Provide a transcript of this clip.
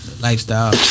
Lifestyle